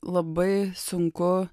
labai sunku